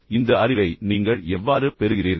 இப்போது இந்த அறிவை நீங்கள் எவ்வாறு பெறுகிறீர்கள்